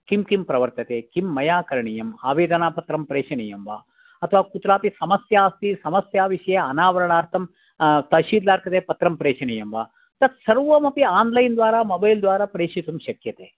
किं किं प्रर्वतते किं मया करणीयम् आवेदनापत्रं प्रेषणीयम् वा अथवा कुत्रापि समस्या अस्ति समस्या विषये अनावरणार्थं पत्रं प्रेषणीयम् वा तत् सर्वमपि आन्लैन् द्वारा मोबैल् द्वारा प्रेषितुं शक्यते